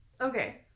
Okay